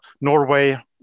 Norway